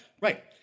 right